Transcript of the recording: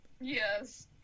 Yes